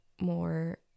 more